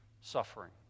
Suffering